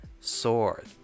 sword